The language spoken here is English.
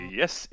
yes